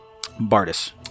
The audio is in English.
Bardis